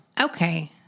Okay